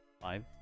five